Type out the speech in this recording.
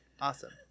Awesome